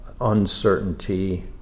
uncertainty